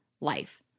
life